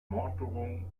morddrohungen